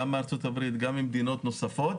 גם מארצות הברית וגם ממדינות נוספות,